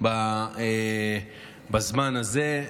בזמן הזה.